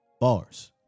Bars